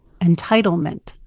entitlement